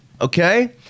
okay